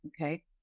Okay